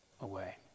away